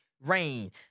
rain